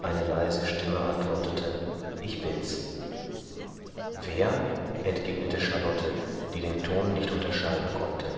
eine leise stimme antwortete ich bins wer entgegnete charlotte die den ton nicht unterscheiden konnte